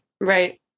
Right